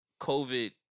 COVID